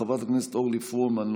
חברת הכנסת אורלי פרומן,